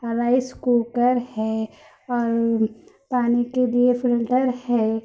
اور رائس ک وکر ہے اور پانی کے لیے فلٹر ہے